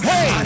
Hey